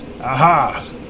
Aha